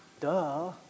duh